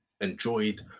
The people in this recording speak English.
enjoyed